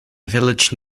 village